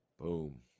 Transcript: Boom